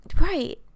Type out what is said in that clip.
right